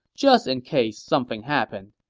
just in case something happened.